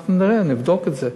אנחנו נראה, נבדוק את זה.